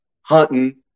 hunting